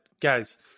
Guys